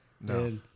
No